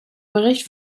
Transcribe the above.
bericht